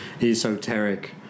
esoteric